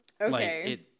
Okay